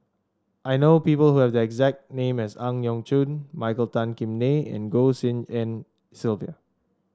I know people who have the exact name as Ang Yau Choon Michael Tan Kim Nei and Goh Tshin En Sylvia